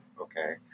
okay